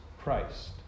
Christ